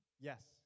Yes